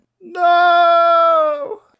No